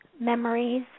memories